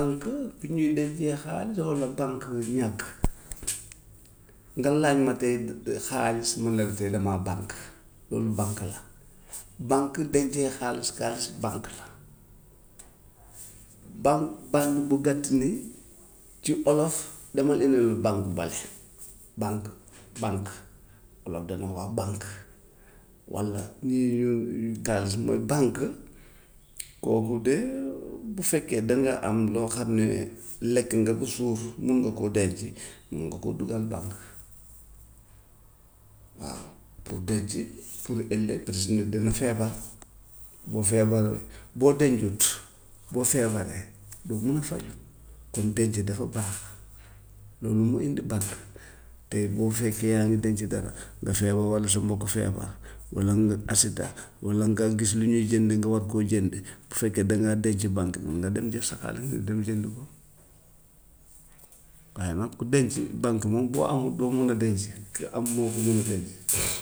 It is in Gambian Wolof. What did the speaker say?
Banque fi ñuy dencee xaalis walla bànk ñàkk. Nga laaj ma tey xaalis mun la ne tey damaa bànk, loolu bànk la. Banque dencee xaalis xaalis banque la, baŋ baŋ bu gàtt nii ci olof demal indil ma baŋ bale bànk bànk olof dana wax bànk, walla kaalis mooy bànk kooku de bu fekkee dangaa am loo xam ne lekk nga ba suur mun nga koo denc, mun nga koo dugal banque, waaw pour denc pour ëllëg parce que nit dana feebar boo feebar boo dencut, boo feebaree doo mun a faju kon denc dafa baax, loolu moo indi banque te boo fekkee yaa ngi denc dara nga feebar walla sa mbokk feebar, walla nga accident, walla nga gis lu ñuy jënd nga war koo jënd, bu fekkee dangaa denc banque bi mun nga dem jël sa xaalis nga dem jëndi ko, waaye nag ku dencut banque moom boo amut doo ko mun a denc, ki am moo ko mun a denc.